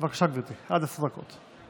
בבקשה, גברתי, עד עשר דקות.